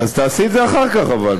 אז תעשי את זה אחר כך אבל,